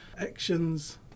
actions